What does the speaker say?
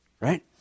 right